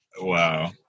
Wow